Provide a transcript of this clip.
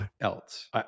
else